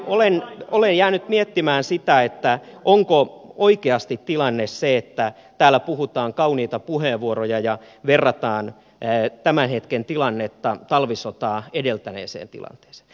olen jäänyt miettimään sitä onko oikeasti tilanne se että täällä puhutaan kauniita puheenvuoroja ja verrataan tämän hetken tilannetta talvisotaa edeltäneeseen tilanteeseen